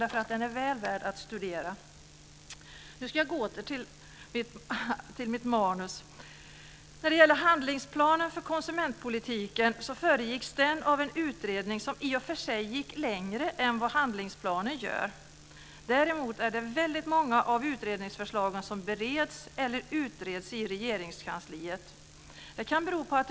Den är väl värd att studera. Handlingsplanen för konsumentpolitiken föregicks av en utredning som i och för sig gick längre än vad handlingsplanen gör. Däremot är det väldigt många av utredningsförslagen som bereds eller utreds i Regeringskansliet.